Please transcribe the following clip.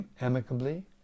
amicably